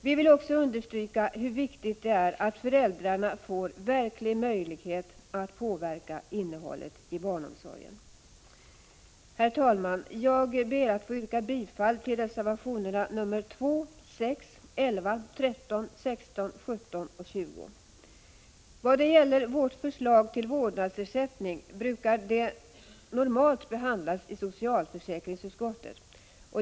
Vi vill också understryka hur viktigt det är att föräldrarna får verklig möjlighet att påverka innehållet i barnomsorgen. Herr talman! Jag ber att få yrka bifall till reservationerna 2, 6, 11, 13, 16, 17 och 20. Förslag till vårdnadsersättning brukar normalt behandlas i socialförsäkringsutskottet.